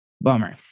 bummer